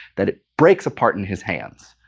that it breaks apart in his hands.